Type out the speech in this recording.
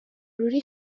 ruri